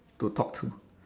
to talk to